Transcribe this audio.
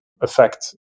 affect